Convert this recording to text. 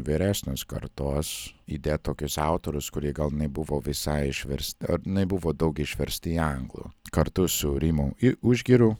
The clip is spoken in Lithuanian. vyresnės kartos įdėt tokius autorius kurie gal nebuvo visai išversti ar nebuvo daug išversti į anglų ratu su rimu i užgiriu